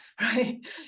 right